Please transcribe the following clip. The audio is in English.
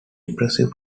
depressive